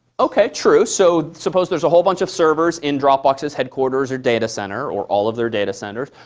ok. true. so suppose there's a whole bunch of servers in dropbox's headquarters, or data center, or all of their data centers,